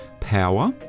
power